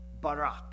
barak